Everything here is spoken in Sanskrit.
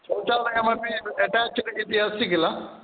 शौचालयमपि अटाच्ड् इति अस्ति किल